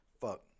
Fuck